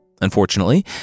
Unfortunately